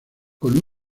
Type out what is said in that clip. con